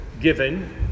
given